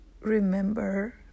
remember